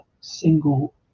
single